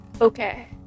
Okay